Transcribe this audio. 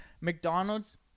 McDonald's